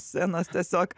scenos tiesiog